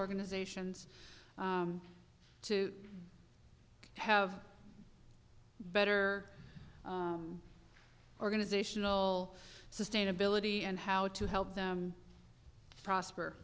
organizations to have better organizational sustainability and how to help them prosper